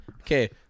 Okay